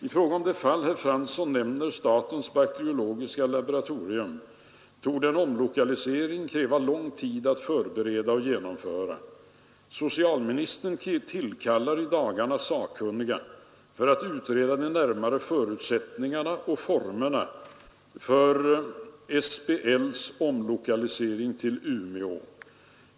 I fråga om det fall herr Fransson nämner, statens bakteriologiska laboratorium , torde en omlokalisering kräva lång tid att förbereda och genomföra. Socialministern tillkallar i dagarna sakkunniga för att utreda de närmare förutsättningarna och formerna för SBL:s omlokalisering till Umeå.